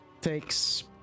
...takes